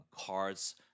cards